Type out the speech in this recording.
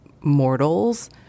mortals